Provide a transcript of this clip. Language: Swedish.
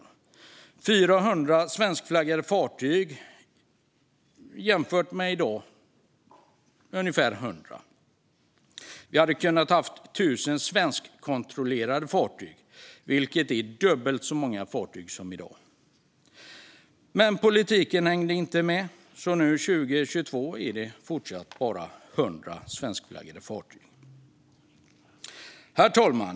Med 400 svenskflaggade fartyg, jämfört med dagens ungefär 100, hade vi kunnat ha 1 000 svenskkontrollerade fartyg, vilket är dubbelt så många fartyg som i dag. Men politiken hängde inte med, så nu 2022 är det fortsatt bara 100 svenskflaggade fartyg. Herr talman!